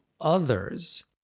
others